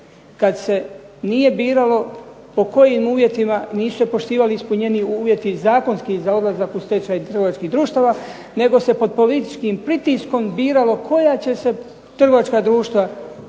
kada se nije biralo po kojim uvjetima nisu se poštivali ispunjeni uvjeti zakonski za odlazak u stečaj trgovačkih društava, nego se pod političkim pritiskom biralo koja će trgovačka društva ići